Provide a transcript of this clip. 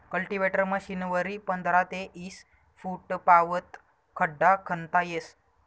cultivator मशीनवरी पंधरा ते ईस फुटपावत खड्डा खणता येस